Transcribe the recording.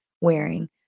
wearing